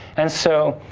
and so,